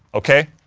ok?